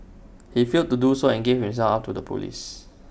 he failed to do so and gave himself up to the Police